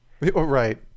Right